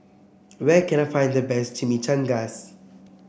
where can I find the best Chimichangas